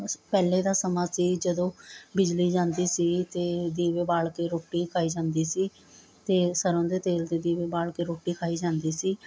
ਪਹਿਲੇ ਦਾ ਸਮਾਂ ਸੀ ਜਦੋਂ ਬਿਜਲੀ ਜਾਂਦੀ ਸੀ ਅਤੇ ਦੀਵੇ ਬਾਲ਼ ਕੇ ਰੋਟੀ ਖਾਈ ਜਾਂਦੀ ਸੀ ਅਤੇ ਸਰ੍ਹੋਂ ਦੇ ਤੇਲ ਦੇ ਦੀਵੇ ਬਾਲ਼ ਕੇ ਰੋਟੀ ਖਾਈ ਜਾਂਦੀ ਸੀ